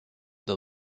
the